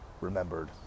remembered